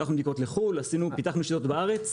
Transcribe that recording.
שלחנו בדיקות לחו"ל, פיתחנו שיטות בארץ.